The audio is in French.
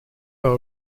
par